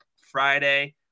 Friday